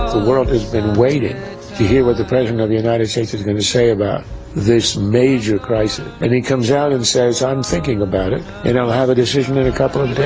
world has been waiting to hear what the president of the united states is going to say about this major crisis, and he comes out and says, i'm thinking about it and i'll have a decision in a couple of days.